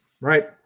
right